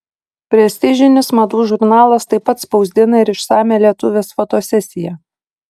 prestižinis madų žurnalas taip pat spausdina ir išsamią lietuvės fotosesiją